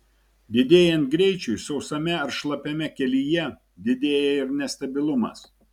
didėjant greičiui sausame ar šlapiame kelyje didėja ir nestabilumas